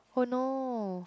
oh no